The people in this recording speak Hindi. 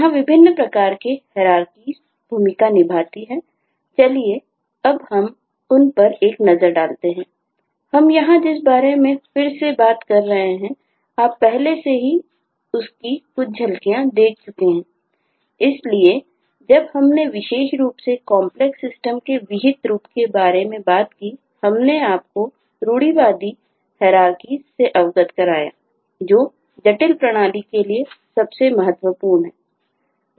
यहां विभिन्न प्रकार के हैरारकिस से अवगत कराया जो जटिल प्रणाली के लिए सबसे महत्वपूर्ण हैं